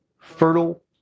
fertile